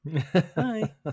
Hi